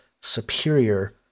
superior